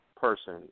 person